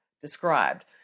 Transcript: described